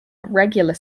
regular